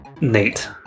Nate